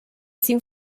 sin